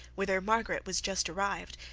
whither margaret was just arrived,